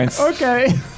Okay